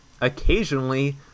occasionally